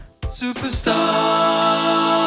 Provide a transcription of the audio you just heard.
Superstar